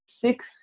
six